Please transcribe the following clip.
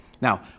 Now